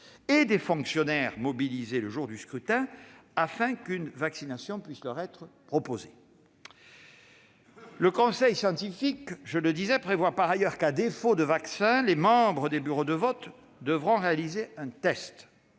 et des fonctionnaires mobilisés le jour du scrutin, afin qu'une vaccination puisse leur être proposée. Le conseil scientifique prévoit que, à défaut de vaccin, les membres des bureaux de vote devront réaliser un test.